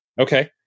Okay